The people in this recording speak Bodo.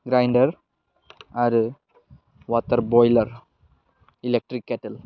ग्राइन्डार आरो वाटार बयलार इलेकट्रिकेटेल